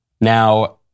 Now